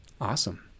awesome